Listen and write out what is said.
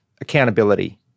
accountability